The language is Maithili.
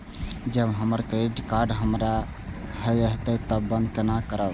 जब हमर क्रेडिट कार्ड हरा जयते तब बंद केना करब?